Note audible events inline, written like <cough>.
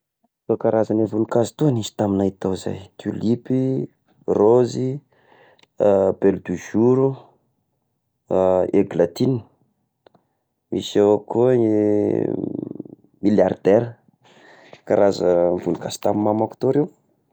<noise> Toy karazagna voninkazo toy izy tamignay tao izay: tulipes, rôzy, <hesitation> belle de jour, <hesitation> eglatigne, misy avao koa eh miliardera karaza voninkazo ta mamako ta reo. <noise>